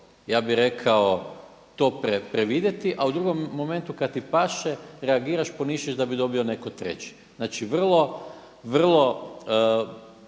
ja bih rekao, to previdjeti, a u drugom momentu kada ti paše reagiraš pa misliš da bi dobio netko treći. Znači, novi